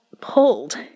pulled